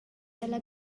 ella